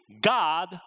God